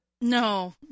No